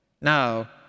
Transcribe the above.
now